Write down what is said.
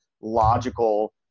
logical